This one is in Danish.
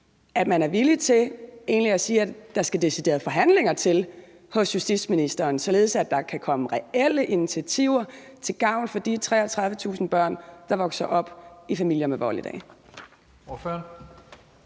at man er villig til egentlig at sige, at der skal deciderede forhandlinger hos justitsministeren til, således at der kan komme reelle initiativer til gavn for de 33.000 børn, der i dag vokser op i familier med vold? Kl.